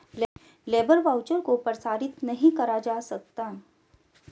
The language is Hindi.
लेबर वाउचर को प्रसारित नहीं करा जा सकता